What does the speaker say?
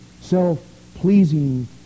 self-pleasing